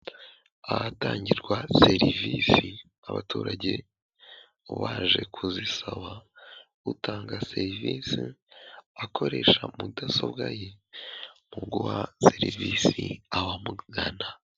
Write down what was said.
Ahatangirwa serivisi abaturage baje kuzisaba, utanga serivisi akoresha mudasobwa ye mu guha serivisi abamugana.